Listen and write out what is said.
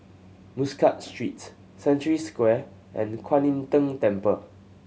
Muscat Street Century Square and Kuan Im Tng Temple